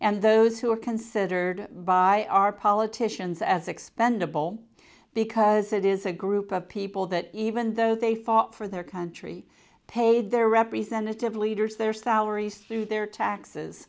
and those who are considered by our politicians as expendable because it is a group of people that even though they fought for their country paid their representative leaders their salaries through their taxes